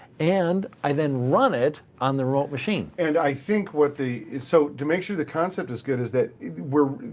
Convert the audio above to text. and i then run it on the remote machine. and i think what the. so to make sure the concept is good is that we're,